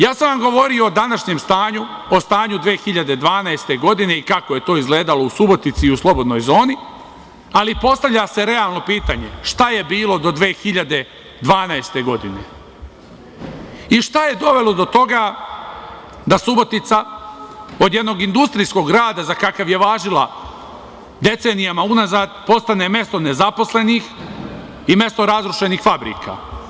Ja sam vam govorio o današnjem stanju, o stanju 2012. godine i kako je to izgledalo u Subotici i u Slobodnoj zoni, ali postavlja se realno pitanje – šta je bilo do 2012. godine i šta je dovelo do toga da Subotica od jednog industrijskog grada, za kakav je važila decenijama unazad, postane mesto nezaposlenih i mesto razrušenih fabrika.